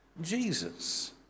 Jesus